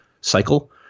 cycle